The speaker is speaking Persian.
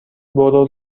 برو